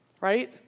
Right